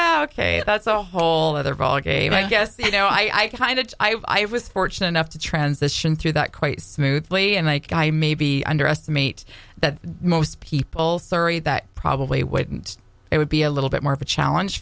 so ok that's a whole other ballgame i guess you know i kind of i was fortunate enough to transition through that quite smoothly and make i maybe underestimate that most people surrey that probably wouldn't it would be a little bit more of a challenge